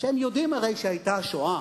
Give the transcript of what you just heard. שהם יודעים הרי שהיתה שואה.